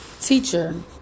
teacher